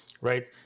Right